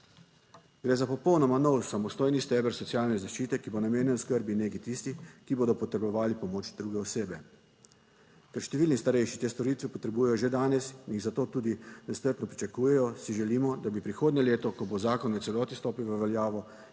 Gre za popolnoma nov samostojni steber socialne zaščite, ki bo namenjen oskrbi in negi tistih, ki bodo potrebovali pomoč druge osebe. Ker številni starejši te storitve potrebujejo že danes in jih zato tudi nestrpno pričakujejo, si želimo, da bi prihodnje leto, ko bo zakon v celoti stopil v veljavo,